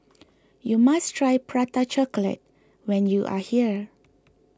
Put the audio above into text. you must try Prata Chocolate when you are here